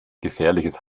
gefährliches